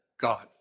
God